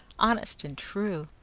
honest and true,